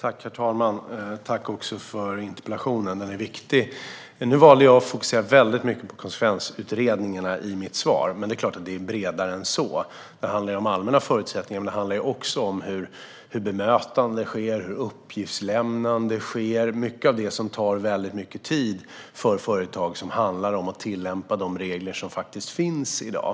Herr talman! Tack för interpellationen. Den är viktig. Nu valde jag att fokusera väldigt mycket på konsekvensutredningarna i mitt svar, men det är klart att frågan bredare än så. Det handlar om allmänna förutsättningar, om hur bemötande sker och om hur uppgiftslämnande sker. Det är mycket av det som tar väldigt mycket tid för företag. Det handlar om att tillämpa de regler som faktiskt finns i dag.